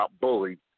Bully